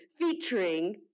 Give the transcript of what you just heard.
featuring